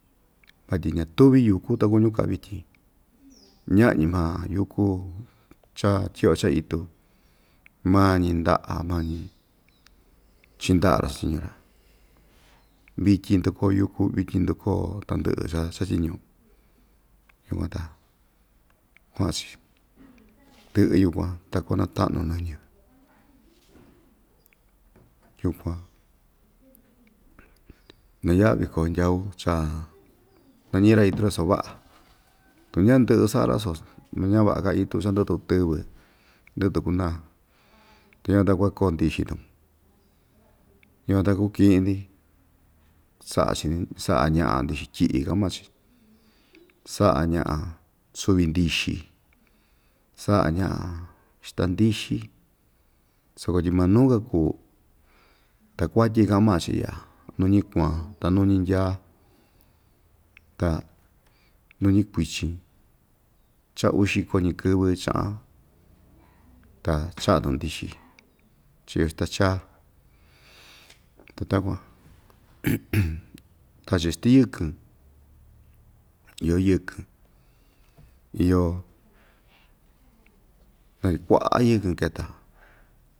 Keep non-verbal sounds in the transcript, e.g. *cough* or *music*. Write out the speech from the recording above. Vatyi ñatuvi yuku takuñu kaa vityin ñaꞌa‑ñi maa yuku cha tyiꞌyo chaꞌa itu maa‑ñi ndyaꞌa maa‑ñi chiꞌin ndaꞌa‑ra styñu‑ra vityin indukoo yuku vityin ndukoo tandɨꞌɨ cha chatyiñu yukuan ta kuaꞌan‑chi ndɨꞌɨ yukuan ta kuana taꞌnu nɨñɨ yukuan na yaꞌa viko hindyau cha na ñiꞌi‑ra itu so vaꞌa tuu ña indɨꞌɨ saꞌa‑ra su ñavaꞌa‑ka itu cha idɨꞌɨ tun itɨvɨ indɨꞌɨ‑tun kunaa ta yukuan ta yuakoo ndixi‑tun yukuan ta kukɨꞌɨ‑ndi saꞌa‑chi saꞌa ñaꞌa ndixi tyiꞌi kaꞌan maa‑chi saꞌa ñaꞌa suvi ndɨxɨ saꞌa ñaꞌa xita ndɨxɨ soko tyi maa nuu‑ka kuu takuatyi kaꞌan maa‑chi iꞌya nuñi kuan ta nuñi ndyaa ta nuñi kuichin cha uu xiko‑ñi kɨvɨ chaꞌan ta chaꞌa‑tun ndixi cha iyo xita chaa *unintelligible* *noise* kachi stiyɨkɨn iyo yɨkɨn iyo kuaꞌa yɨkɨn keta.